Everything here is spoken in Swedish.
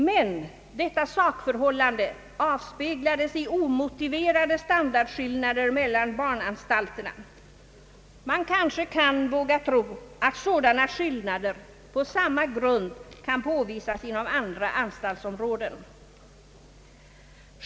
Men detta sakförhållande avspeglades i omotiverade standardskillnader mellan barnanstalterna. Man vågar kanske tro att sådana skillnader på samma grund kan påvisas inom andra anstaltsområden.